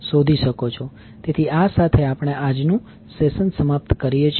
તેથી આ સાથે આપણે આપણું આજનું સેશન સમાપ્ત કરીએ છીએ